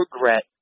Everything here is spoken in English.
regret